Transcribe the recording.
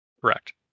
correct